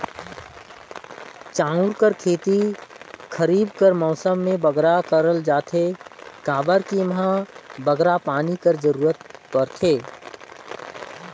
चाँउर कर खेती खरीब कर मउसम में बगरा करल जाथे काबर कि एम्हां बगरा पानी कर जरूरत परथे